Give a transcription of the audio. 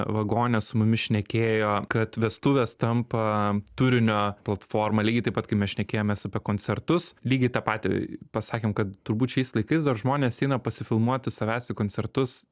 vagone su mumis šnekėjo kad vestuvės tampa turinio platforma lygiai taip pat kai mes šnekėjomės apie koncertus lygiai tą patį pasakėm kad turbūt šiais laikais dar žmonės eina pasifilmuoti savęs į koncertus